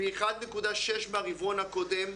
פי 1.6 מהרבעון הקודם,